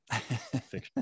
fiction